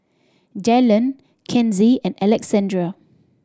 Jaylan Kenzie and Alexandrea